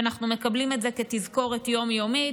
ואנחנו מקבלים את זה כתזכורת יום-יומית.